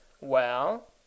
Well